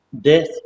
death